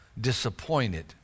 disappointed